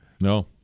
No